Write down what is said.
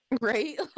right